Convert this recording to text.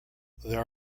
there